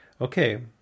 okay